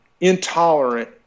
intolerant